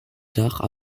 tard